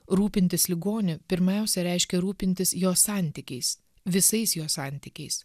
rūpintis ligoniu pirmiausia reiškia rūpintis jo santykiais visais jo santykiais